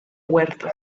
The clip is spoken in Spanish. huerto